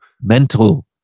Mental